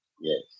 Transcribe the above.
Yes